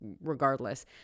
regardless